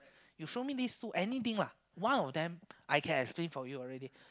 you show me these two anything lah one of them I can explain for you already